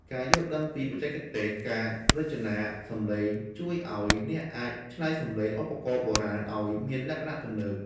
ការយល់ដឹងពីបច្ចេកទេស ការរចនាសំឡេង ជួយឱ្យអ្នកអាចច្នៃសំឡេងឧបករណ៍បុរាណឱ្យមានលក្ខណៈទំនើប។